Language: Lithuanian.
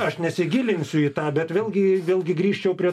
aš nesigilinsiu į tą bet vėlgi vėlgi grįžčiau prie